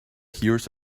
hears